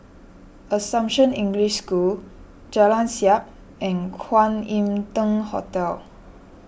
Assumption English School Jalan Siap and Kwan Im Tng Temple